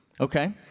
okay